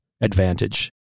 advantage